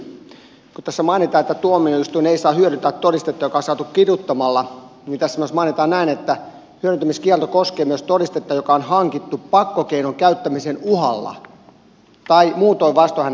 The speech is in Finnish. kun tässä mainitaan että tuomioistuin ei saa hyödyntää todistetta joka on saatu kiduttamalla tässä myös mainitaan näin että hyödyntämiskielto koskee myös todistetta joka on hankittu pakkokeinon käyttämisen uhalla tai muutoin vastoin tahtoa